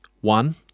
one